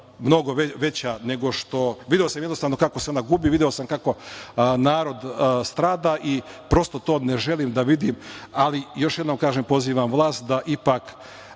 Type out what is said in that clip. mnogo veća nego što… Video sam jednostavno kako se ona gubi, video sam kako narod strada i prosto to ne želim da vidim. Još jednom kažem, pozivam vlast da ipak